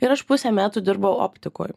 ir aš pusę metų dirbau optikoj